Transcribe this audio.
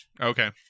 Okay